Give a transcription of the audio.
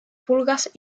pulgas